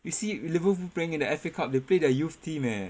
you see Liverpool playing in the F_A cup they play their youth team leh